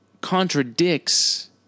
contradicts